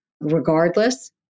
Regardless